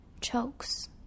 chokes